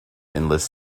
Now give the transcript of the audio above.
endless